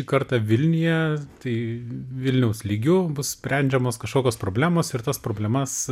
kartą vilniuje tai vilniaus lygiu bus sprendžiamos kažkokios problemos ir tas problemas